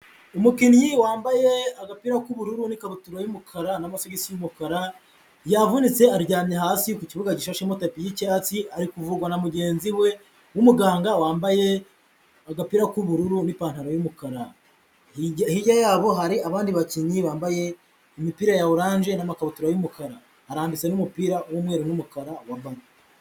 Umukinnyi wambaye agapira k'ubururu n'ikabutura y'umukara n'amafi y'umukara yavunitse aryamye hasi ku kibuga gifashe amatapi y'icyatsi ari kuvugwa na mugenzi we w'umuganga wambaye agapira k'ubururu n'ipantaro y'umukara, hirya yabo hari abandi bakinnyi bambaye imipira ya orange n'amakabutura y'umukara harambitse n'umupira w'umweru n'umukara wabaro.